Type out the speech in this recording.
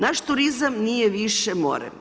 Naš turizam nije više more.